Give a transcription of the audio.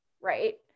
right